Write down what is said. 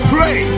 Pray